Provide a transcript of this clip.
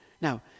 Now